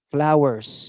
Flowers